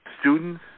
students